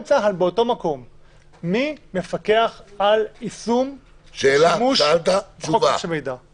מי מפקח על היישום בשימוש במידע הפלילי?